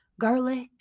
garlic